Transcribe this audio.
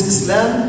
Islam